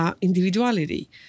individuality